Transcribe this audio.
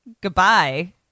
Goodbye